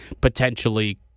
potentially